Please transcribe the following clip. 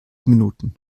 minuten